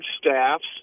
staffs